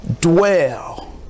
dwell